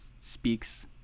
speaks